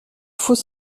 faux